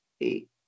eight